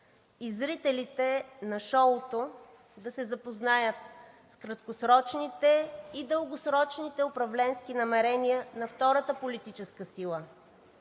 и зрителите на шоуто да се запознаят с краткосрочните и дългосрочните управленски намерения на втората политическа сила,